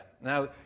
Now